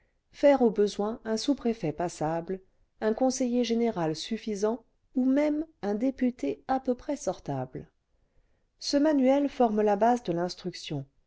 faire au besoin un sous-préfet passable un conseiller général suffisant ou même un député à peu près sortable ce manuel forme la base de l'instruction